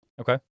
Okay